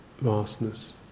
Vastness